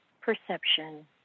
perception